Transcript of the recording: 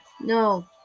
No